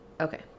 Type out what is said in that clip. Okay